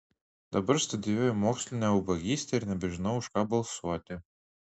dabar studijuoju mokslinę ubagystę ir nebežinau už ką balsuoti